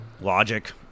Logic